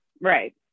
right